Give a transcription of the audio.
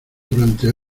durante